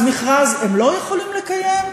אז מכרז הם לא יכולים לקיים?